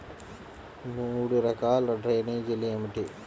మూడు రకాల డ్రైనేజీలు ఏమిటి?